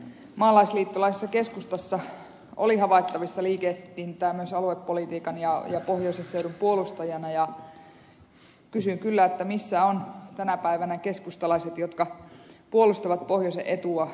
maalaisliittolaisessa keskustassa oli ennen havaittavissa liikehdintää myös aluepolitiikan ja pohjoisen seudun puolustajana ja kysyn kyllä missä ovat tänä päivänä keskustalaiset jotka puolustavat pohjoisen etua